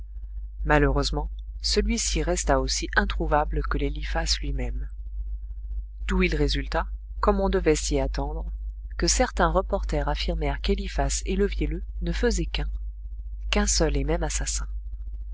malheureusement celui-ci resta aussi introuvable que l'eliphas lui-même d'où il résulta comme on devait s'y attendre que certains reporters affirmèrent qu'eliphas et le vielleux ne faisaient quun quun seul et même assassin